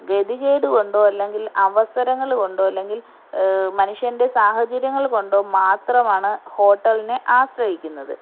ഗതികേട് കൊണ്ടോ അല്ലെങ്കിൽ അവസരങ്ങൾ കൊണ്ടോ അല്ലെങ്കിൽ മനുഷ്യൻ്റെ സാഹചര്യങ്ങൾ കൊണ്ടോ മാത്രമാണ് ഹോട്ടൽനെ ആശ്രയിക്കുന്നത്